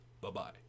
bye-bye